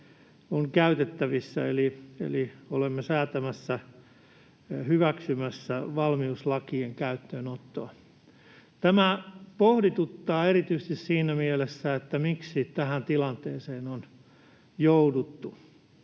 on käytettävissä, eli olemme säätämässä, hyväksymässä valmiuslakien käyttöönottoa. Tämä pohdituttaa erityisesti siinä mielessä, miksi tähän tilanteeseen on jouduttu.